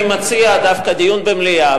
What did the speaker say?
אני מציע דווקא דיון במליאה,